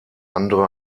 andere